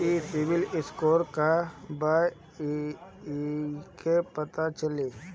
ई सिविल स्कोर का बा कइसे पता चली?